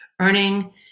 earning